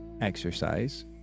exercise